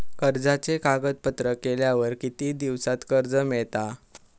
कर्जाचे कागदपत्र केल्यावर किती दिवसात कर्ज मिळता?